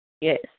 Yes